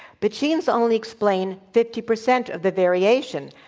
but genes only explain fifty percent of the variation.